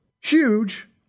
huge